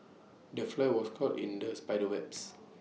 the fly was caught in the spider's webs